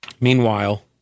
Meanwhile